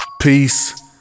Peace